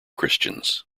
christians